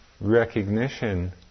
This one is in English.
recognition